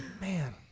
man